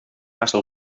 massa